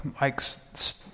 Mike's